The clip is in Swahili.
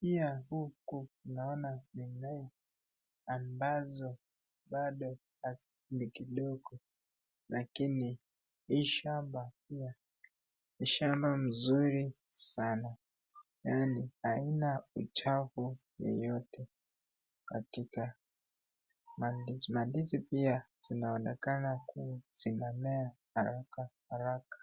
pia huku tuna mimea ambazo bado ni kidogo lakini hii shamba ni shamba mzuri sana yani haina uchafu yeyote. Mandizi pia zina onekana zina mea haraka haraka.